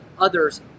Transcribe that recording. others